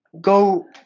go